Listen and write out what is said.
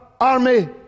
Army